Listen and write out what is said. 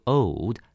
old